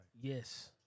Yes